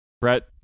Brett